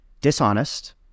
dishonest